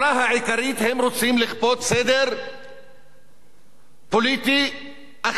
הם רוצים לכפות סדר פוליטי אחר באזור,